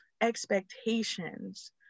expectations